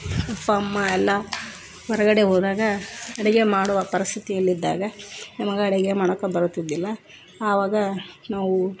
ಅಪ್ಪ ಅಮ್ಮ ಎಲ್ಲ ಹೊರ್ಗಡೆ ಹೋದಾಗ ಅಡುಗೆ ಮಾಡುವ ಪರಿಸ್ಥಿತಿಯಲ್ಲಿದ್ದಾಗ ನಮಗೆ ಅಡುಗೆ ಮಾಡೋಕ್ಕೆ ಬರುತಿದ್ದಿಲ್ಲ ಆವಾಗ ನಾವು